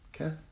Okay